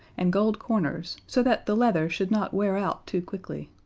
and gold corners, so that the leather should not wear out too quickly.